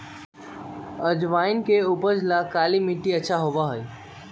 अजवाइन के उपज ला काला मट्टी अच्छा होबा हई